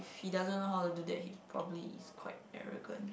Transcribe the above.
if he doesn't know how to do that he's probably is quite arrogant